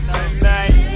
tonight